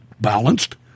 balanced